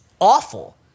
awful